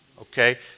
Okay